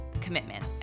commitment